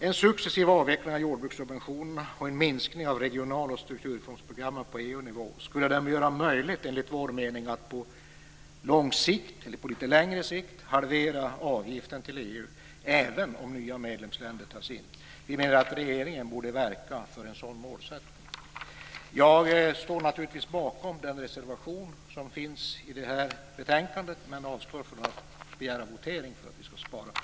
En successiv avveckling av jordbrukssubventionerna och en minskning av regional och strukturfondsprogrammen på EU-nivå skulle göra det möjligt, enligt vår mening, att på litet längre sikt halvera avgiften till EU även om nya medlemsländer tas in. Vi menar att regeringen borde verka för en sådan målsättning. Jag står naturligtvis bakom den reservation som finns i det här betänkandet men avstår från att begära votering för att vi skall spara tid.